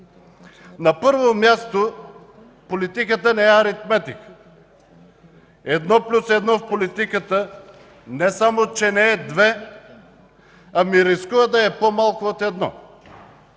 На първо място, политиката не е аритметика. Едно плюс едно в политиката не само, че не е две, а рискува да е по-малко от едно.